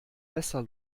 besser